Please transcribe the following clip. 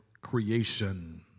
creation